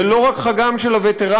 זה לא רק חגם של הווטרנים.